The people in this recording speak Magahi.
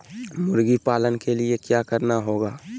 मुर्गी पालन के लिए क्या करना होगा?